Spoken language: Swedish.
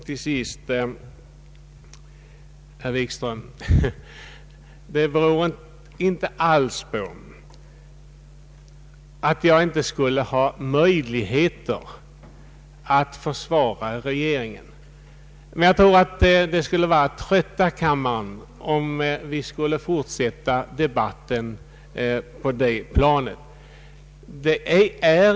Till sist, herr Wikström, är det inte alls så att jag inte skulle ha möjligheter att försvara regeringen, men jag tror att det skulle trötta kammaren om vi fortsätter debatten på det planet.